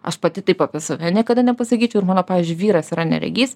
aš pati taip apie save niekada nepasakyčiau ir mano pavyzdžiui vyras yra neregys